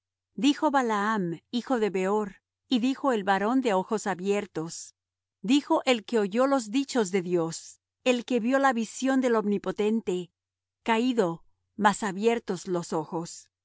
dijo balaam hijo de beor y dijo el varón de ojos abiertos dijo el que oyó los dichos de dios el que vió la visión del omnipotente caído mas abiertos los ojos